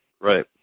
Right